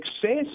success